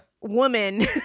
woman